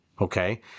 Okay